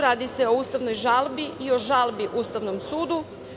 Radi se o ustavnoj žalbi i o žalbi Ustavnom sudu.